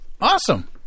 Awesome